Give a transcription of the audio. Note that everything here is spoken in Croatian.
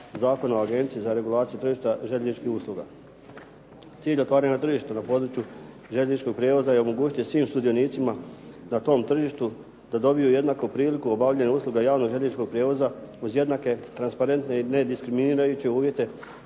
Zakona o Agenciji za regulaciju tržišta željezničkih usluga. Cilj otvaranja tržišta na području željezničkog prijevoza je omogućiti svim sudionicima na tom tržištu da dobiju jednaku priliku u obavljanju usluga javnog željezničkog prijevoza uz jednake, transparentne i nediskriminirajuće uvjete